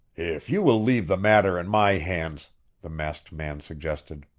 if you will leave the matter in my hands the masked man suggested.